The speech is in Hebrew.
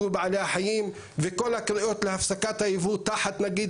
בעלי החיים וכל הקריאות להפסקת הייבוא תחת נגיד